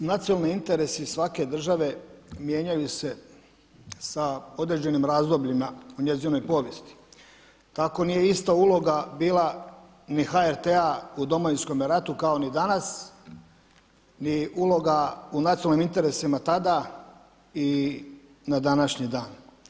Pa nacionalni interesi svake države mijenjaju se sa određenim razdobljima u njezinoj povijesti, tako nije ista uloga bila ni HRT-a u Domovinskome ratu kao ni danas ni uloga u nacionalnim interesima tada i na današnji dan.